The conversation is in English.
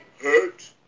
hurt